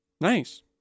Nice